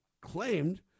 claimed